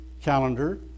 calendar